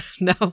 no